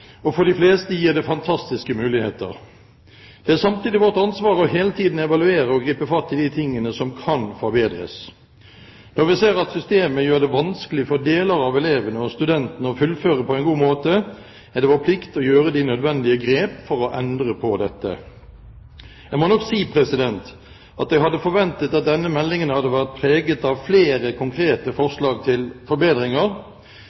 og for de fleste gir det fantastiske muligheter. Det er samtidig vårt ansvar hele tiden å evaluere og gripe fatt i de tingene som kan forbedres. Når vi ser at systemet gjør det vanskelig for deler av elevene og studentene å fullføre på en god måte, er det vår plikt å gjøre de nødvendige grep for å endre på dette. Jeg må nok si at jeg hadde forventet at denne meldingen hadde vært preget av flere konkrete forslag til forbedringer.